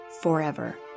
forever